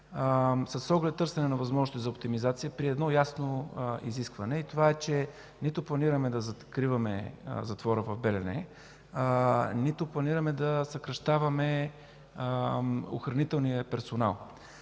с оглед търсене на възможности за оптимизация при едно ясно изискване и това е, че нито планираме да закриваме затвора в Белене, нито планираме да съкращаваме охранителния персонал.